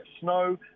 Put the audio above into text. snow